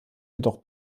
jedoch